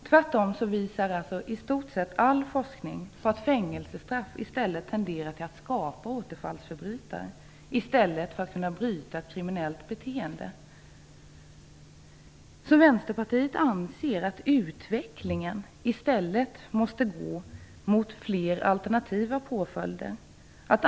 Tvärtom visar i stort sett all forskning att fängelsestraff tenderar att skapa återfallsförbrytare, i stället för att bryta ett kriminellt beteende. Vänsterpartiet anser att utvecklingen i stället måste gå mot fler alternativa påföljder.